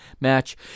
match